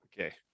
Okay